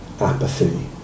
apathy